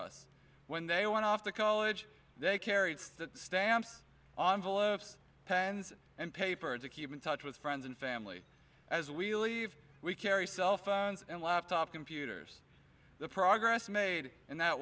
us when they went off to college they carried stamps pens and paper to keep in touch with friends and family as we leave we carry cell phones and laptop computers the progress made and that